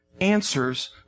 answers